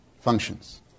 functions